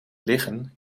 liggen